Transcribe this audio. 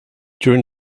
during